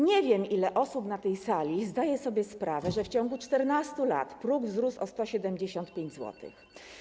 Nie wiem, ile osób na tej sali zdaje sobie sprawę z tego, że w ciągu 14 lat próg wzrósł o 175 zł.